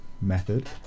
method